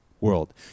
world